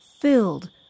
filled